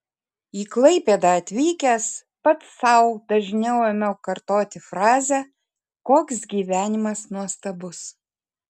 į klaipėdą atvykęs pats sau dažniau ėmiau kartoti frazę koks gyvenimas nuostabus